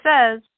says